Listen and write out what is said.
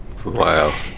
Wow